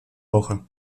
woche